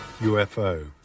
UFO